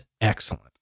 excellent